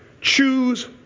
choose